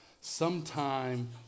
sometime